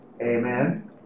Amen